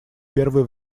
первый